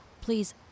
please